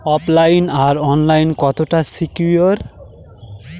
ওফ line আর online কতটা secure?